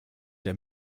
der